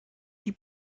die